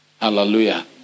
Hallelujah